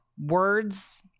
words